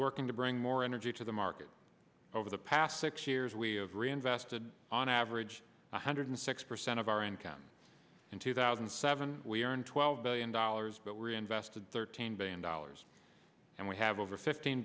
working to bring more energy to the market over the past six years we've reinvested on average one hundred six percent of our income in two thousand and seven we are in twelve billion dollars but we're invested thirteen billion dollars and we have over fifteen